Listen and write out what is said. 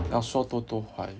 要说多多华语